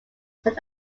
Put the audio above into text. said